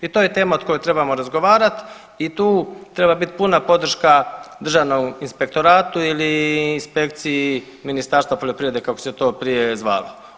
I to je tema o kojoj trebamo razgovarati i tu treba biti puna podrška Državnom inspektoratu ili inspekciji Ministarstva poljoprivrede kako se to prije zvalo.